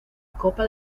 copa